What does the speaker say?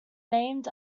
named